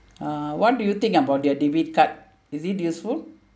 uh what do you think about their debit card is it useful